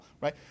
right